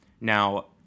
Now